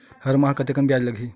हर माह कतेकन ब्याज लगही?